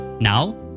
Now